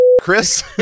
Chris